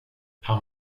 han